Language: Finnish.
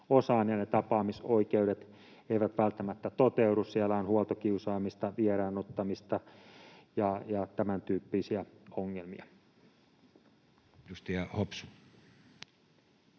osaan ja ne tapaamisoikeudet eivät välttämättä toteudu. Siellä on huoltokiusaamista, vieraannuttamista ja tämäntyyppisiä ongelmia. [Speech